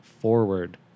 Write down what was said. forward